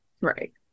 right